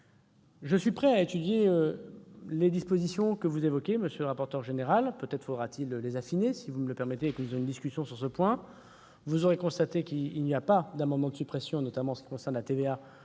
Je suis prêt à examiner les dispositions que vous évoquez, monsieur le rapporteur- peut-être faudra-t-il les affiner si vous permettez que nous ayons une discussion sur ce point. Vous aurez constaté qu'il n'y a pas d'amendement de suppression concernant, notamment, la TVA